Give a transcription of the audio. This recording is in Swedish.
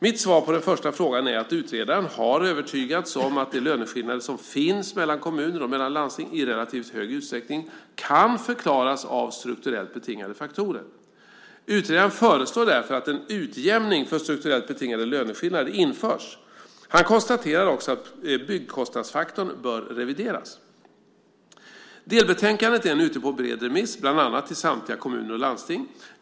Mitt svar på den första frågan är att utredaren har övertygats om att de löneskillnader som finns mellan kommuner och mellan landsting i relativt hög utsträckning kan förklaras av strukturellt betingade faktorer. Utredaren föreslår därför att en utjämning för strukturellt betingade löneskillnader införs. Han konstaterar också att byggkostnadsfaktorn bör revideras. Delbetänkandet är nu ute på en bred remiss, bland annat till samtliga kommuner och landsting.